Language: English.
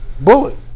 bullet